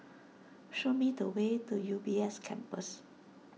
show me the way to U B S Campus